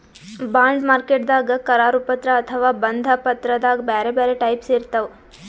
bond ಮಾರ್ಕೆಟ್ದಾಗ್ ಕರಾರು ಪತ್ರ ಅಥವಾ ಬಂಧ ಪತ್ರದಾಗ್ ಬ್ಯಾರೆ ಬ್ಯಾರೆ ಟೈಪ್ಸ್ ಇರ್ತವ್